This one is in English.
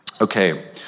Okay